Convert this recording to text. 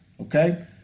okay